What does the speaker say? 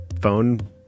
phone